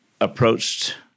approached